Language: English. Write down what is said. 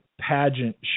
pageant